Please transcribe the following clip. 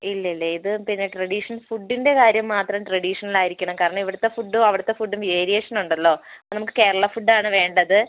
ഇല്ലില്ല ഇത് പിന്നെ ട്രഡീഷണൽ ഫുഡിൻ്റെ കാര്യം മാത്രം ട്രഡീഷണൽ ആയിരിക്കണം കാരണം ഇവിടുത്തെ ഫുഡും അവിടുത്തെ ഫുഡും വേരിയേഷൻ ഉണ്ടല്ലോ അപ്പോൾ നമുക്ക് കേരള ഫുഡ് ആണ് വേണ്ടത്